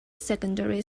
secondary